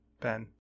Ben